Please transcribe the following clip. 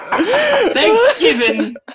Thanksgiving